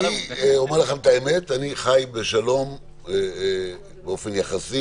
אומר לכם את האמת, אני חי בשלום באופן יחסי